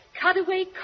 cutaway